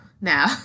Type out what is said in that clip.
now